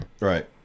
Right